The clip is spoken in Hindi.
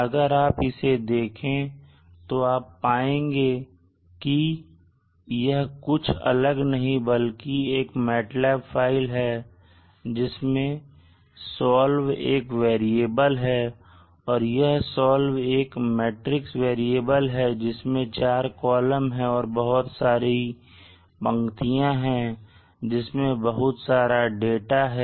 अगर आप इसे देखें तो आप पाएंगे कि की यह कुछ अलग नहीं बल्कि एक MATLAB फाइल है जिसमें solve एक वेरिएबल है और यह solve एक मैट्रिक्स वेरिएबल है जिसमें 4 कॉलम है और बहुत सारे पंक्तियां हैं जिसमें बहुत सारा डाटा है